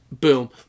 Boom